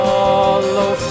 Follow